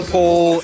Paul